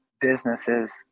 businesses